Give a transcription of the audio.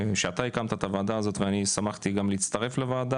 שאתה הקמת את הוועדה הזאת ואני שמחתי גם להצטרף לוועדה.